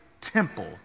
temple